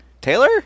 Taylor